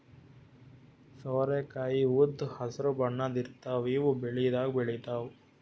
ಸೋರೆಕಾಯಿ ಉದ್ದ್ ಹಸ್ರ್ ಬಣ್ಣದ್ ಇರ್ತಾವ ಇವ್ ಬೆಳಿದಾಗ್ ಬೆಳಿತಾವ್